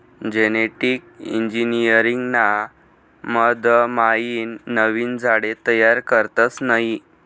genetic engineering ना मधमाईन नवीन झाडे तयार करतस नयी